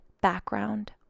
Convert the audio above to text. background